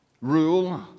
rule